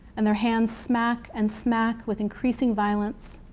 and their hands smack and smack with increasing violence,